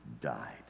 died